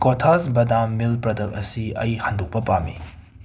ꯀꯣꯊꯥꯁ ꯕꯗꯥꯝ ꯃꯤꯜ ꯄ꯭ꯔꯗꯛ ꯑꯁꯤ ꯑꯩ ꯍꯟꯗꯣꯛꯄ ꯄꯥꯝꯃꯤ